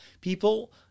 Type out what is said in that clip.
People